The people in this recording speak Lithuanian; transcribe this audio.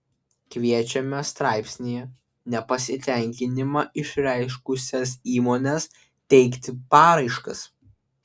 kviečiame straipsnyje nepasitenkinimą išreiškusias įmones teikti paraiškas